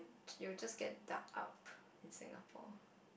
you will just get dark up in Singapore